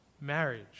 marriage